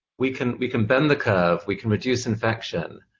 we can we can bend the curve, we can reduce infection.